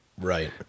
Right